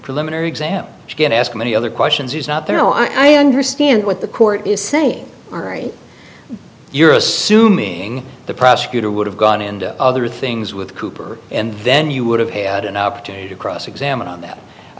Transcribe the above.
preliminary exam she didn't ask him any other questions he was not there no i understand what the court is saying you're assuming the prosecutor would have gone into other things with cooper and then you would have had an opportunity to cross examine on that i